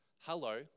Hello